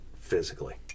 physically